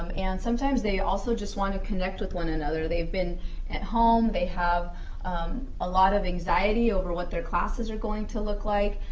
um and sometimes they also just want to connect with one another. they've been at home. they have a lot of anxiety over what their classes are going to look like,